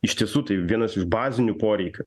iš tiesų tai vienas iš bazinių poreikių